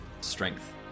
strength